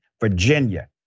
Virginia